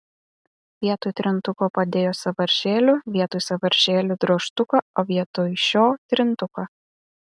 vietoj trintuko padėjo sąvaržėlių vietoj sąvaržėlių drožtuką o vietoj šio trintuką